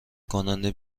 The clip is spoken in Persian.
کننده